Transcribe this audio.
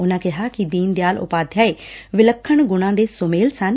ਉਨ਼ਾਂ ਕਿਹਾ ਕਿ ਦੀਨ ਦਿਆਲ ਉਪਾਧਿਆਏ ਵਿੱਲਖਣ ਗੁਣਾ ਦੇ ਸਮੇਲ ਸਨ